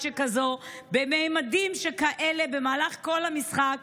שכזאת ובממדים שכאלה במהלך כל המשחק,